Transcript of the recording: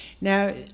Now